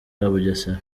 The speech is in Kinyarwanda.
bugesera